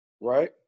Right